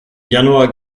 januar